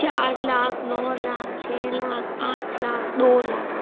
चार लाख नौ लाख छ लाख आठ लाख दो लाख